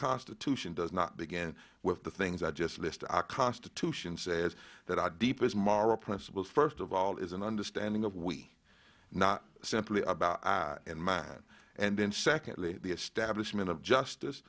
constitution does not begin with the things i just listed our constitution says that our deepest moral principle first of all is an understanding of we not simply about man and then secondly the establishment of justice